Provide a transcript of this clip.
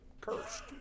Cursed